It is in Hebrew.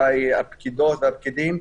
הפקידות והפקידים,